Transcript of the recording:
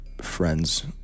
friends